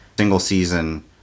single-season